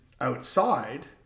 outside